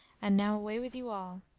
and now away with you all.